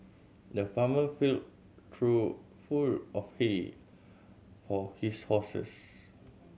the farmer filled trough full of hay for his horses